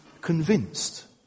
convinced